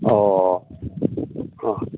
ꯑꯣ ꯑꯥ